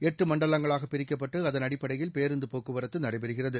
எட்டு மண்டலங்களாக பிரிக்கப்பட்டு அதன் அடிப்படையில் பேருந்து போக்குவரத்து நடைபெறுகிறது